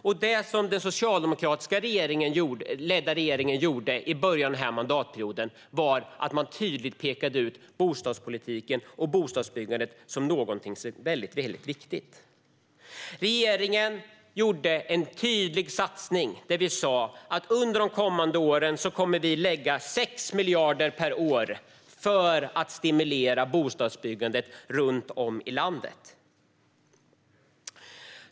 Det som den socialdemokratiskt ledda regeringen gjorde i början av denna mandatperiod var att tydligt peka ut bostadspolitiken och bostadsbyggandet som någonting väldigt viktigt. Regeringen gjorde en tydlig satsning, där vi sa att vi under de kommande åren kommer att lägga 6 miljarder per år för att stimulera bostadsbyggandet runt om i landet.